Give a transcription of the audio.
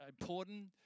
important